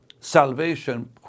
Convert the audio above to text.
salvation